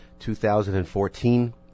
2014